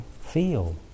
feel